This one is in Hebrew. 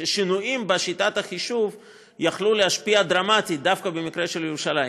ששינויים בשיטת החישוב יכלו להשפיע דרמטית דווקא במקרה של ירושלים,